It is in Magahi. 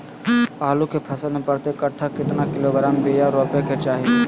आलू के फसल में प्रति कट्ठा कितना किलोग्राम बिया रोपे के चाहि?